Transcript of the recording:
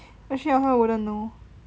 actually I also wouldn't know